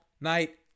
night